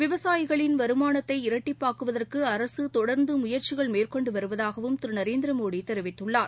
விவசாயிகளின் வருமானத்தை இரட்டிப்பாக்குவதற்கு அரசுதொடர்ந்துமுயற்சிமேற்கொண்டுவருவதாகவும் திருநரேந்திரமோடிதெரிவித்துள்ளார்